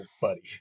buddy